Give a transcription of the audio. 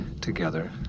together